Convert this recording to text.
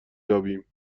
یابیم